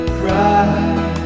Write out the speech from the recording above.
cry